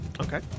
Okay